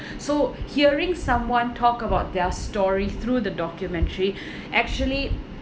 so hearing someone talk about their story through the documentary actually